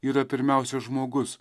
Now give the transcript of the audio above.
yra pirmiausia žmogus